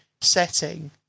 setting